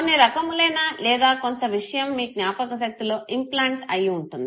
కొన్ని రకములైన లేదా కొంత విషయం మీ జ్ఞాపకశక్తిలో ఇంప్లాంట్ అయి ఉంటుంది